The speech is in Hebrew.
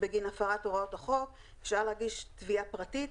בגין הפרת הוראות החוק, אפשר להגיש תביעה פרטית.